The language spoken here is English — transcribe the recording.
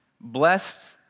Blessed